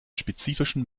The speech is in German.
spezifischen